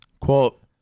quote